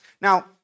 Now